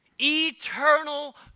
Eternal